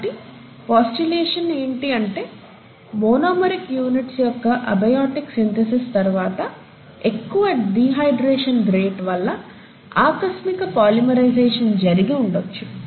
కాబట్టి పోస్టూలేషన్ ఏంటి అంటే మోనోమెరిక్ యూనిట్స్ యొక్క అబయోటిక్ సింథసిస్ తరువాత ఎక్కువ డిహైడ్రేషన్ రేట్ వల్ల ఆకస్మిక పొలిమేరైజేషన్ జరిగి ఉండొచ్చు